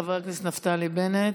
חבר הכנסת נפתלי בנט.